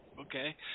Okay